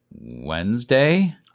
Wednesday